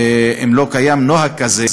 אם לא קיים נוהג כזה,